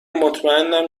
مطمئنم